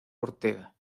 ortega